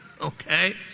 Okay